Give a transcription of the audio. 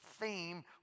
theme